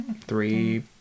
Three